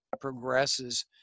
progresses